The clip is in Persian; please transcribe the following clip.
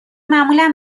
معمولا